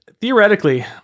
theoretically